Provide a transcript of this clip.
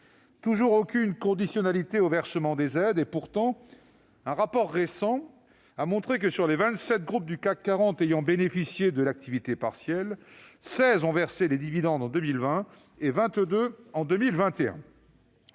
Toujours aucune conditionnalité au versement des aides : pourtant, un rapport récent a montré que, sur les vingt-sept groupes du CAC 40 ayant bénéficié de l'activité partielle, seize ont versé des dividendes en 2020 et vingt-deux en 2021.